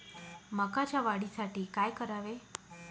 मकाच्या वाढीसाठी काय करावे?